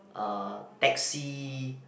uh taxi